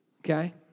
okay